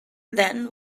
then